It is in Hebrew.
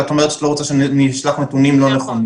את אומרת שאת לא רוצה שנשלח נתונים לא נכונים.